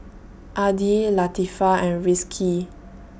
Adi Latifa and Rizqi